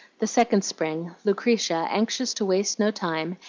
the second spring, lucretia, anxious to waste no time,